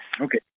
Okay